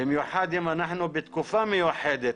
במיוחד אם אנחנו בתקופה מיוחדת,